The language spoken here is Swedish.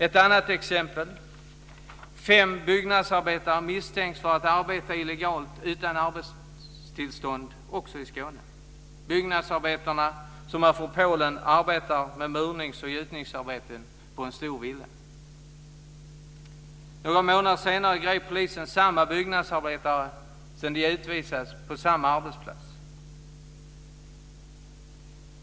Ett annat exempel: Fem byggnadsarbetare misstänktes arbeta illegalt utan arbetstillstånd, också i Skåne. Byggnadsarbetarna, som var från Polen, arbetade med murnings och gjutningsarbeten på en stor villa. Några månader senare grep polisen samma byggnadsarbetare, sedan de utvisats, på samma arbetsplats.